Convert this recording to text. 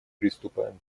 приступаем